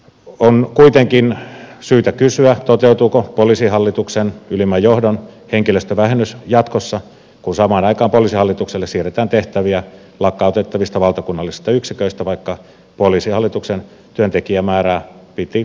on kuitenkin syytä kysyä toteutuuko poliisihallituksen ylimmän johdon henkilöstövähennys jatkossa kun samaan aikaan poliisihallitukselle siirretään tehtäviä lakkautettavista valtakunnallisista yksiköistä vaikka poliisihallituksen työntekijämäärää piti selkeästi vähentää